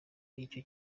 icyo